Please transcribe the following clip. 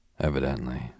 Evidently